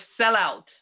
Sellout